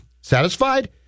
satisfied